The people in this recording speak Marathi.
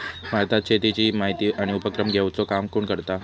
भारतात शेतीची माहिती आणि उपक्रम घेवचा काम कोण करता?